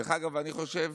דרך אגב, אני חושב